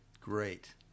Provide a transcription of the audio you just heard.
Great